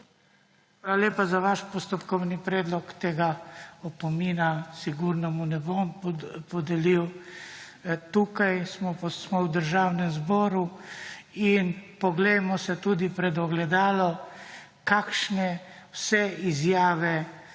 lepa za vaš postopkovni predlog. Tega opomina mu sigurno ne bom podelil. Tu smo v Državnem zboru in poglejmo se tudi v ogledalo, kakšne vse izjave